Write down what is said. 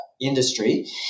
industry